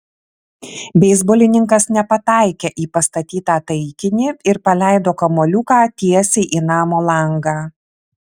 beisbolininkas nepataikė į pastatytą taikinį ir paleido kamuoliuką tiesiai į namo langą